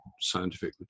scientific